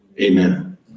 Amen